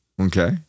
Okay